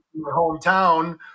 hometown